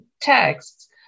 texts